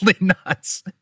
nuts